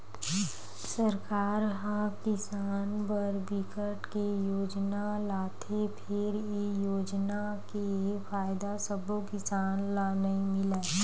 सरकार ह किसान बर बिकट के योजना लाथे फेर ए योजना के फायदा सब्बो किसान ल नइ मिलय